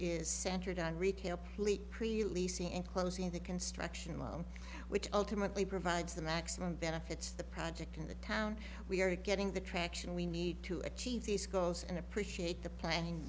is centered on retail leap releasing and closing the construction loan which ultimately provides the maximum benefits the project in the town we are getting the traction we need to achieve these goals and appreciate